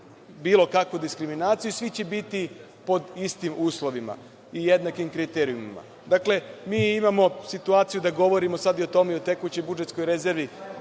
bilo kakvu diskriminaciju i svi će biti pod istim uslovima i jednakim kriterijumima. Dakle, mi imamo situaciju da govorimo sad i tome i o tekućoj budžetskoj rezervi,